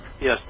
Yes